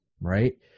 right